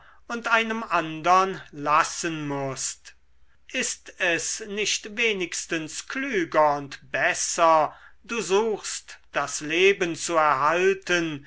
und einem andern lassen mußt ist es nicht wenigstens klüger und besser du suchst das leben zu erhalten